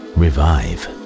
revive